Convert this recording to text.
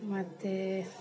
ಮತ್ತು